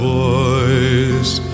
voice